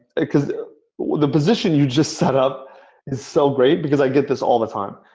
because the but the position you just set up is so great, because i get this all the time.